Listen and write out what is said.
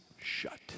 shut